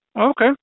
Okay